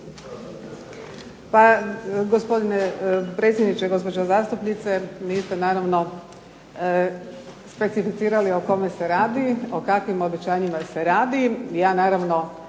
Pa, gospodine predsjedniče, gospođo zastupnice, niste naravno specificirali o kome se radi, o kakvim obećanjima se radi.